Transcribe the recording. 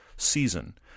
Season